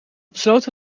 besloten